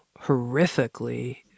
horrifically